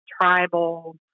tribal